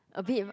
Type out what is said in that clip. a bit